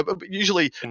usually